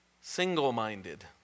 single-minded